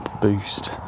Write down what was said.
boost